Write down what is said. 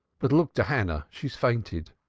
but look to hannah. she has fainted.